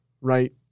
Right